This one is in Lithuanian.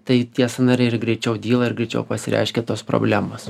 tai tie sąnariai ir greičiau dyla ir greičiau pasireiškia tos problemos